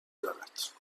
دارد